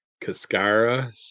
Cascara